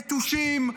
נטושים,